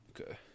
okay